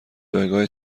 جایگاه